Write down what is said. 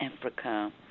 Africa